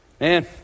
Man